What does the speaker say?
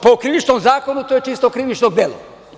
Po Krivičnom zakonu, to je čisto krivično delo.